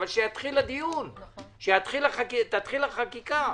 אבל שהדיון יתחיל, שתתחיל החקיקה.